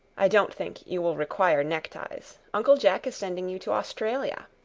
i don't think you will require neckties. uncle jack is sending you to australia.